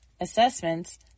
assessments